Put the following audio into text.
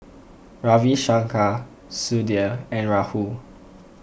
Ravi Shankar Sudhir and Rahul